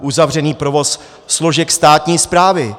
Uzavřený provoz složek státní správy.